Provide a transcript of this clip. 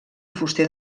fuster